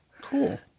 Cool